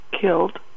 killed